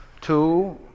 two